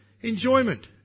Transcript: Enjoyment